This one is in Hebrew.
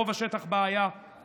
רוב השטח בה היה לערבים,